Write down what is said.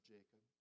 Jacob